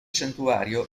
santuario